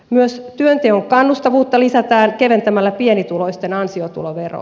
myös työnteon kannustavuutta lisätään keventämällä pienituloisten ansiotuloveroa